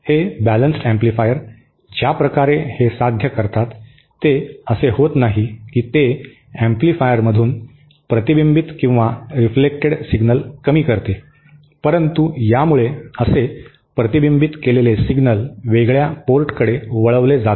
हे balanced amplifier ज्या प्रकारे हे साध्य करतात ते असे होत नाही की ते एम्पलीफायरमधून प्रतिबिंबित किंवा रेफेलेक्टड सिग्नल कमी करते परंतु यामुळे असे प्रतिबिंबित केलेले सिग्नल वेगळ्या पोर्टकडे वळवले जातात